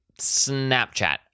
Snapchat